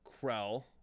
Krell